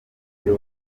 ibyo